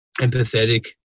empathetic